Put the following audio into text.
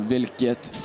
Vilket